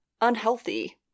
unhealthy